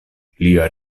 lia